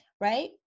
right